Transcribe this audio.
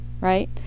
right